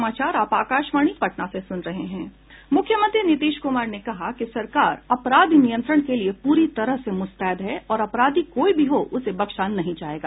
मुख्यमंत्री नीतीश कुमार ने कहा कि सरकार अपराध नियंत्रण के लिए प्ररी तरह से मुस्तैद है और अपराधी कोई भी हो उसे बख्शा नहीं जाएगा